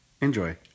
Enjoy